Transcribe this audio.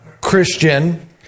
Christian